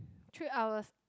three hours